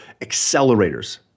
accelerators